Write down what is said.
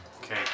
Okay